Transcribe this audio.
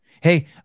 Hey